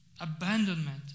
abandonment